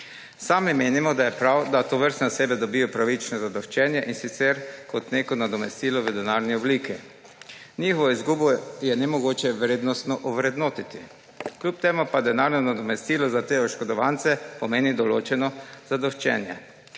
Sami menimo, da je prav, da tovrstne osebe dobijo pravično zadoščenje, in sicer kot neko nadomestilo v denarni obliki. Njihovo izgubo je nemogoče vrednostno ovrednotiti, kljub temu pa denarno nadomestilo za te oškodovance pomeni določeno zadoščenje.